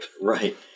Right